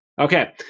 Okay